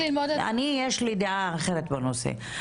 יש לי דעה אחרת בנושא,